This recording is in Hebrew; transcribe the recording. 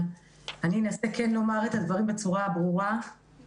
אני כן אנסה לומר את הדברים בצורה ברורה, אבל